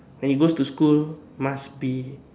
when he goes to school must be